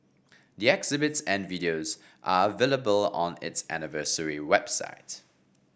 the exhibits and videos are available on its anniversary websites